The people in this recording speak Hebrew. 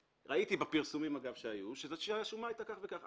ראיתי בפרסומים שהיו שבדירה שלידי השומה הייתה כך וכך.